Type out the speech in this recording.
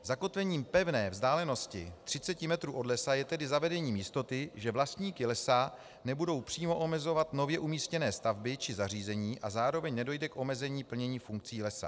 Zakotvením pevné vzdálenosti 30 metrů od lesa je tedy zavedení jistoty, že vlastníky lesa nebudou přímo omezovat nově umístěné stavby či zařízení a zároveň nedojde k omezení plnění funkcí lesa.